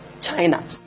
China